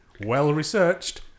well-researched